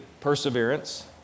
perseverance